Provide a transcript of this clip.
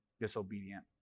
disobedient